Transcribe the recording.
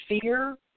fear